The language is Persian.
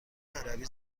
عربی